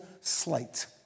slate